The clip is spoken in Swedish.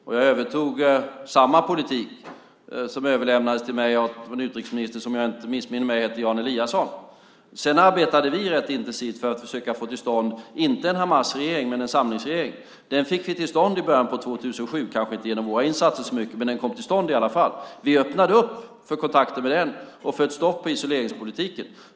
Och jag övertog samma politik som överlämnades till mig av en utrikesminister som, om jag inte missminner mig, hette Jan Eliasson. Sedan arbetade vi rätt intensivt för att försöka få till stånd inte en Hamasregering men en samlingsregering. Den fick vi till stånd i början av 2007. Det berodde kanske inte så mycket på våra insatser, men den kom i alla fall till stånd. Vi öppnade för kontakter med den och för ett stopp på isoleringspolitiken.